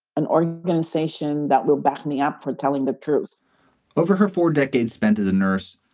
an organization that will back me up for telling the truth over her four decades spent as a nurse,